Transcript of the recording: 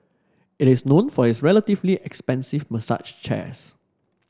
it is known for its relatively expensive massage chairs